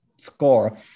score